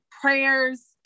prayers